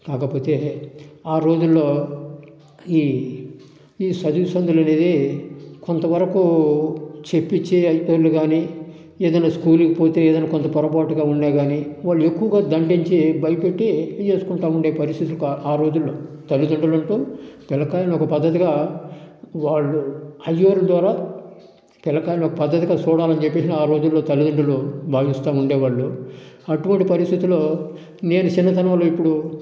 కాకపోతే ఆ రోజుల్లో ఈ ఈ చదివి చదువులు అనేది కొంతవరకు చెప్పిచ్చి అయిపోయింది కాని ఏదైనా స్కూలుకి పోతే ఏదైనా పొరపాటుగా ఉన్నా గాని వాళ్ళు ఎక్కువగా దండించి భయపెట్టి వేసుకుంటా ఉండే పరిస్థితి ఆ రోజుల్లో తల్లితండ్రులతో పిల్లికాయలను ఒక పద్ధతిగా వాళ్ళు అయ్యవారుల ద్వారా పిల్ల కాయలను పద్ధతిగా చూడాలని చెప్పేసి ఆ రోజుల్లో తల్లిదండ్రులు భావిస్తూ ఉండేవాళ్ళు అటువంటి పరిస్థితుల్లో నేను చిన్నతనంలో ఇప్పుడు